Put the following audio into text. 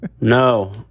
No